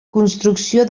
construcció